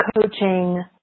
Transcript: coaching